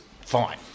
fine